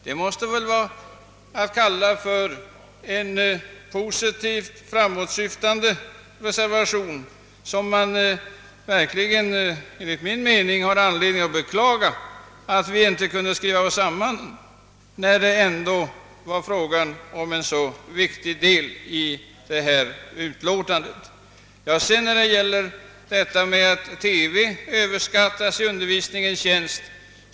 Mot den bakgrunden måste man väl kunna säga att vår reservation är positivt framåtsyftande. Jag beklagar att vi inte kunde skriva oss samman beträffande denna viktiga del av utlåtandet. Fröken Olsson sade vidare, att TV bar överskattats som ett hjälpmedel i undervisningens tjänst.